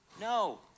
No